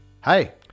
Hi